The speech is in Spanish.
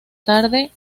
tarde